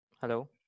Hello